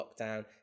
lockdown